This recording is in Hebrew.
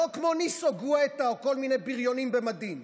לא כמו ניסו גואטה או כל מיני בריונים במדים,